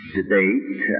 debate